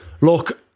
look